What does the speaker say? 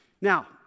Now